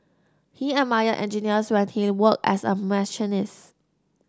he admired engineers when he worked as a machinist